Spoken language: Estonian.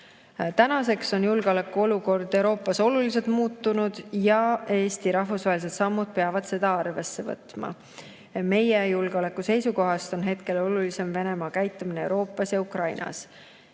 Tänaseks on julgeolekuolukord Euroopas oluliselt muutunud ja Eesti rahvusvahelised sammud peavad seda arvesse võtma. Meie julgeoleku seisukohast on hetkel olulisem Venemaa käitumine Euroopas ja Ukrainas.